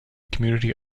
community